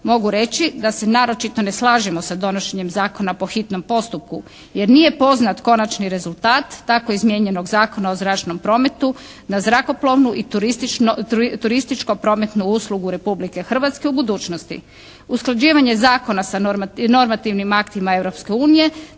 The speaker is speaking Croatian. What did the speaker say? mogu reći da se naročito ne slažemo sa donošenjem Zakona po hitnom postupku jer nije poznat konačni rezultat tako izmjenjenog Zakona o zračnom prometu na zrakoplovnu i turističko-prometnu uslugu Republike Hrvatske u budućnosti. Usklađivanje zakona sa normativnim aktima